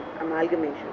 amalgamation